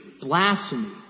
Blasphemy